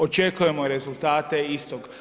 Očekujemo rezultate istog.